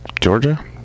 Georgia